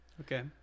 Okay